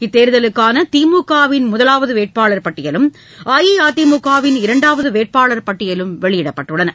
இத்தேர்தலுக்கான திமுகவின் முதவாவது வேட்பாளர் பட்டியலும் அஇஅதிமுகவின் இரண்டாவது வேட்பாளர் பட்டியலும் வெளியிடப்பட்டுள்ளன